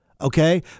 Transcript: Okay